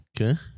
Okay